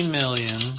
million